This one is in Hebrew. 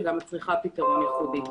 שגם מצריכה פתרון ייחודי.